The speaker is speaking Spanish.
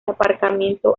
aparcamiento